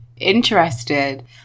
interested